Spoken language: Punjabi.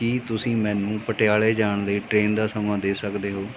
ਕੀ ਤੁਸੀਂ ਮੈਨੂੰ ਪਟਿਆਲੇ ਜਾਣ ਲਈ ਟ੍ਰੇਨ ਦਾ ਸਮਾਂ ਦੇ ਸਕਦੇ ਹੋ